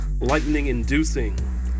lightning-inducing